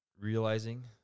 Realizing